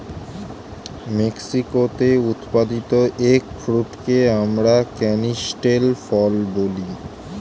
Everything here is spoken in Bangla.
মেক্সিকোতে উৎপাদিত এগ ফ্রুটকে আমরা ক্যানিস্টেল ফল বলি